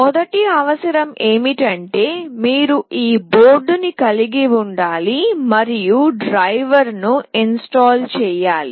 మొదటి అవసరం ఏమిటంటే మీరు ఈ బోర్డ్ను కలిగి ఉండాలి మరియు డ్రైవర్ను ఇన్స్టాల్ చేయాలి